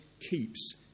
keeps